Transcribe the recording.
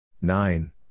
nine